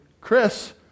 Chris